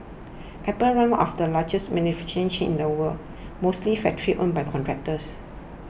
apple runs one of the largest manufacturing chains in the world mostly factories owned by contractors